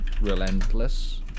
Relentless